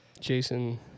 Jason